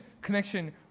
connection